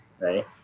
right